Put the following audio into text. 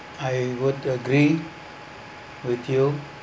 I would agree with you